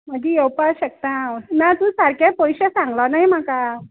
मागीर येवपा शकता आंव ना तूं सारके पयशे सांगलो नाय म्हाका